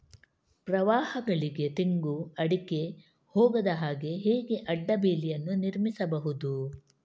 ಪ್ರವಾಹಗಳಿಗೆ ತೆಂಗು, ಅಡಿಕೆ ಹೋಗದ ಹಾಗೆ ಹೇಗೆ ಅಡ್ಡ ಬೇಲಿಯನ್ನು ನಿರ್ಮಿಸಬಹುದು?